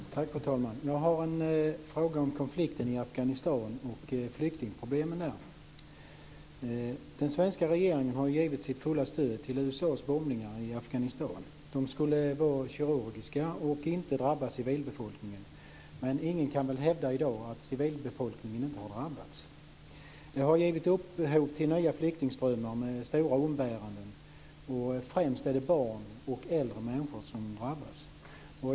Fru talman! Jag har en fråga om konflikten i Afghanistan och flyktingproblemen där. Den svenska regeringen har ju givit sitt fulla stöd till USA:s bombningar i Afghanistan. De skulle vara kirurgiska och inte drabba civilbefolkningen, men ingen kan väl i dag hävda att civilbefolkningen inte har drabbats. Det har givit upphov till nya flyktingströmmar med stora umbäranden. Främst är det barn och äldre människor som drabbas.